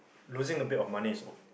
losing a bit of money is ok